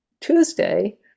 Tuesday